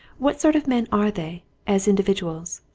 what sort of men are they as individuals?